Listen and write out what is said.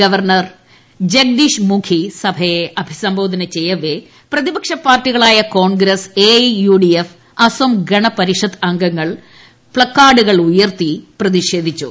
governor Jagdish Mukhi സഭയെ അഭിസംബോധന ചെയ്യവെ പ്രതിപക്ഷ പ്രാർട്ടികളായ Congress A I U D F Asom Gana Parishad അംഗങ്ങൾ പ്ലക്കാർഡുകൾ ഉയർത്തി പ്രതിഷേധിച്ചു